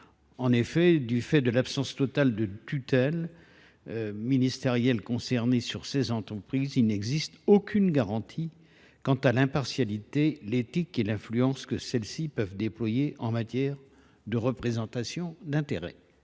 En effet, l’absence totale de tutelle ministérielle sur ces entreprises ne permet aucune garantie quant à leur impartialité, leur éthique et l’influence qu’elles peuvent déployer en matière de représentation d’intérêts.